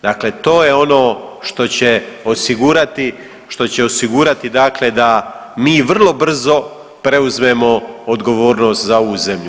Dakle, to je ono što će osigurati, što će osigurati dakle da mi vrlo brzo preuzmemo odgovornost za ovu zemlju.